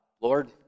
Lord